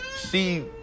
see